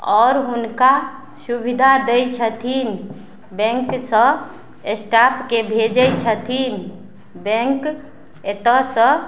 आओर हुनका सुविधा दै छथिन बैंकसँ स्टाफके भेजय छथिन बैंक एतऽसँ